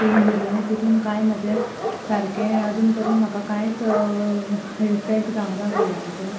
cream दिली तेतूंन कांय म्हजें सारकें आजून पर्यंत म्हाका कांयत इफेक्ट जावना गुळयांचो